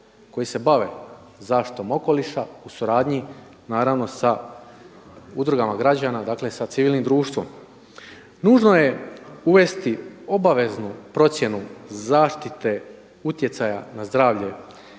koje se bave zaštitom okoliša u suradnji naravno sa udrugama građana, sa civilnim društvom. Nužno je uvesti obaveznu procjenu zaštite utjecaja na zdravlje